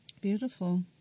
Beautiful